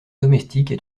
domestiques